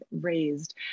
raised